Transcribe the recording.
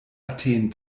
athen